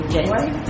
January